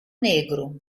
negro